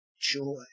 joy